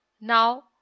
Now